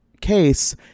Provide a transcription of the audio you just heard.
case